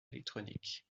électronique